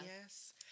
yes